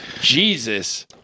Jesus